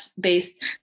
based